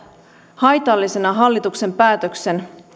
haitallisena hallituksen päätöksen